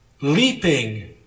leaping